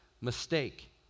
mistake